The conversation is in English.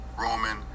Roman